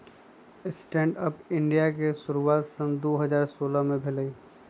stand up India के शुरुआत सन दू हज़ार सोलह में भेलइ